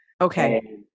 okay